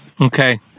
Okay